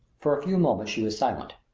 for a few moments she was silent.